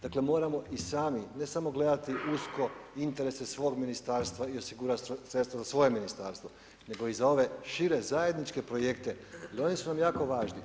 Dakle moramo i sami ne samo gledati usko interese svog ministarstva i osigurati sredstva za svoje ministarstvo, nego i za ove šire zajedničke projekte jer oni su nam jako važni.